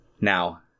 Now